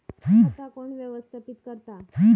खाता कोण व्यवस्थापित करता?